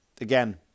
again